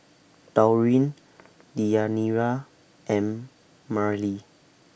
Taurean Deyanira and Mareli